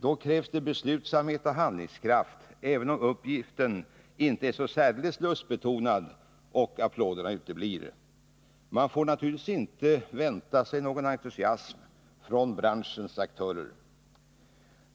Då krävs det beslutsamhet och handlingskraft — även om uppgiften inte är så särdeles lustbetonad och applåderna uteblir. Man får naturligtvis inte vänta sig någon entusiasm från branschens aktörer.